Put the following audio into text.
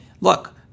look